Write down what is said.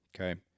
Okay